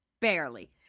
barely